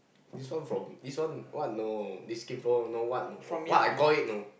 this one from this one what no this keeper no what no what I call it know